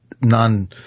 non